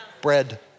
Bread